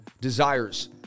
desires